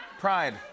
Pride